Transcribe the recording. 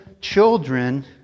children